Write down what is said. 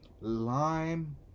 lime